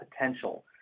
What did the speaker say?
potential